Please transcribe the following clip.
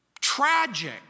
tragic